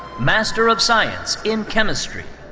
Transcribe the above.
master of science in chemistry.